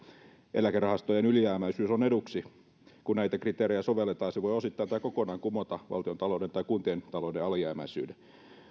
eläkerahastojen ylijäämäisyys on eduksi kun näitä kriteerejä sovelletaan se voi osittain tai kokonaan kumota valtiontalouden tai kuntien talouden alijäämäisyyden